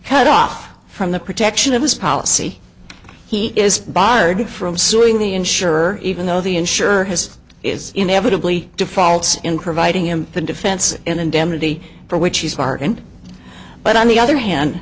cut off from the protection of his policy he is barred from suing the insurer even though the insured has is inevitably default in providing him the defense indemnity for which he's part and but on the other hand